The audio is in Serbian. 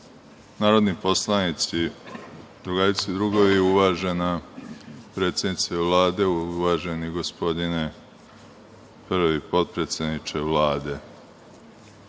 narodni poslanici, drugarice i drugovi, uvažena predsednice Vlade, uvaženi gospodine prvi potpredsedniče Vlade,